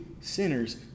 sinners